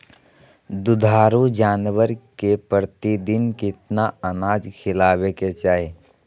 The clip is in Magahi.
दुधारू जानवर के प्रतिदिन कितना अनाज खिलावे के चाही?